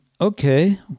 Okay